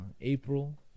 April